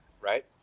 right